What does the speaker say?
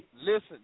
listen